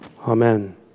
Amen